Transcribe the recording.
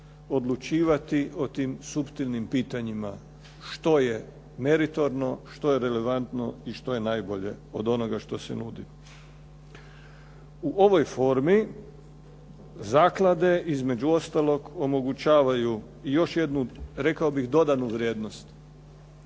odlučivati o tim suptilnim pitanjima, što je meritorno, što je relevantno i što je najbolje od onoga što se nudi. U ovoj formi zaklade između ostalog omogućavaju i još jednu rekao bih dodanu vrijednost.